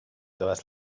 todas